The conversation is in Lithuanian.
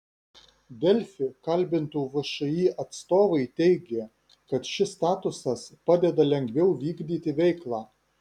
delfi kalbintų všį atstovai teigė kad šis statusas padeda lengviau vykdyti veiklą